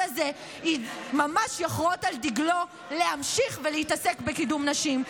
הזה ממש יחרות על דגלו להמשיך להתעסק בקידום נשים,